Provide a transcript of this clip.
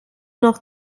noch